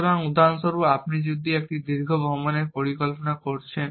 সুতরাং উদাহরণস্বরূপ আপনি যদি একটি দীর্ঘ ভ্রমণের পরিকল্পনা করছেন